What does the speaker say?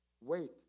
Wait